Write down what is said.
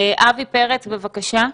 אבי פרץ, בבקשה.